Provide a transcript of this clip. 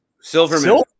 Silverman